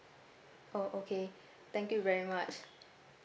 oh okay thank you very much